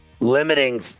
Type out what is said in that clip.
limiting